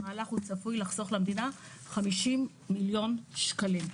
המהלך צפוי לחסוך למדינה 50 מיליון שקלים.